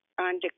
on